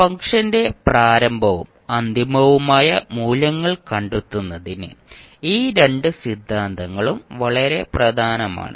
ഫംഗ്ഷന്റെ പ്രാരംഭവും അന്തിമവുമായ മൂല്യങ്ങൾ കണ്ടെത്തുന്നതിന് ഈ രണ്ട് സിദ്ധാന്തങ്ങളും വളരെ പ്രധാനമാണ്